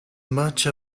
much